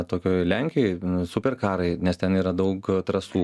tokioj lenkijoj superkarai nes ten yra daug trasų